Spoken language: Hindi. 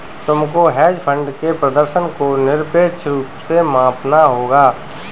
तुमको हेज फंड के प्रदर्शन को निरपेक्ष रूप से मापना होगा